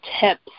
tips